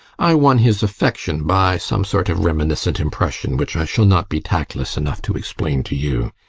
i won his affection by some sort of reminiscent impression which i shall not be tactless enough to explain to you.